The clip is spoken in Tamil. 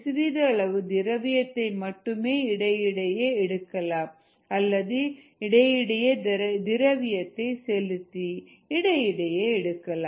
சிறிதளவு திரவியத்தை மட்டும் இடையிடையே எடுக்கலாம் அல்லது இடையிடையே திரவியத்தை செலுத்தி இடையிடையே எடுக்கலாம்